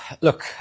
look